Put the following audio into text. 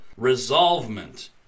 resolvement